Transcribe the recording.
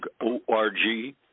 O-R-G